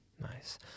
Nice